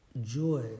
joy